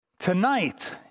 Tonight